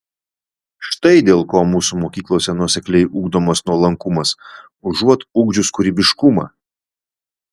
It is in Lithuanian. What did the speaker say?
štai dėl ko mūsų mokyklose nuosekliai ugdomas nuolankumas užuot ugdžius kūrybiškumą